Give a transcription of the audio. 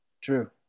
True